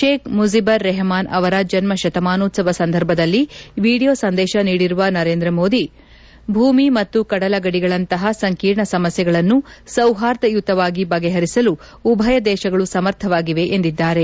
ಶೇಖ್ ಮುಜಿಬರ್ ರೆಹಮಾನ್ ಅವರ ಜನ್ಮ ಶತಮಾನೋತ್ಸವ ಸಂದರ್ಭದಲ್ಲಿ ವೀಡಿಯೋ ಸಂದೇಶ ನೀಡಿರುವ ನರೇಂದ್ರ ಮೋದಿ ಭೂಮಿ ಮತ್ತು ಕಡಲ ಗಡಿಗಳಂತಹ ಸಂಕೀರ್ಣ ಸಮಸ್ಥೆಗಳನ್ನು ಸೌಹಾರ್ದಯುತವಾಗಿ ಬಗೆಹರಿಸಲು ಉಭಯ ದೇಶಗಳು ಸಮರ್ಥವಾಗಿವೆ ಎಂದಿದ್ದಾರೆ